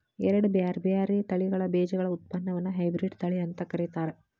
ಎರಡ್ ಬ್ಯಾರ್ಬ್ಯಾರೇ ತಳಿಗಳ ಬೇಜಗಳ ಉತ್ಪನ್ನವನ್ನ ಹೈಬ್ರಿಡ್ ತಳಿ ಅಂತ ಕರೇತಾರ